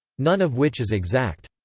none of which is exact.